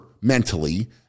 mentally